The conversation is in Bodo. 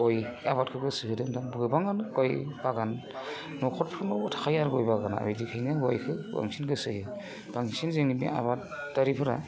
गय आबादखौ गोसो होदों गोबाङानो गय बागान न'खरफ्रामावनो थाखायो आरो गय बागाना बेनिखायनो बयबो बांसिन गोसो होयो बांसिन जोंनि आबादारिफोरा